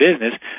business